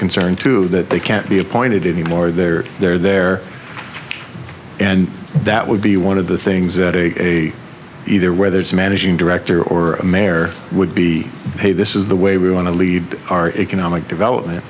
concerned too that they can't be appointed anymore there they're there and that would be one of the things that they either whether it's a managing director or a mayor would be a this is the way we want to lead our economic development